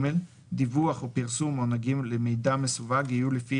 דיווח או פרסום הנוגעים למידע מסווג יהיו לפי